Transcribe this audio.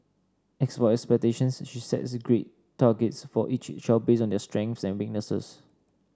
as for expectations she sets grade targets for each child based on their strengths and weaknesses